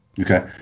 Okay